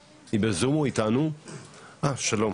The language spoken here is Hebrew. שלום,